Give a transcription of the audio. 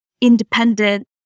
independent